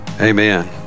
Amen